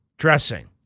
dressing